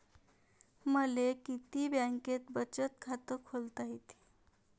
मले किती बँकेत बचत खात खोलता येते?